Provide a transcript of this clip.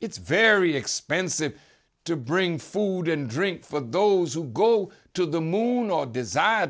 it's very expensive to bring food and drink for those who go to the moon or desire